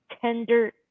tender